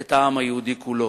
את העם היהודי כולו.